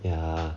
ya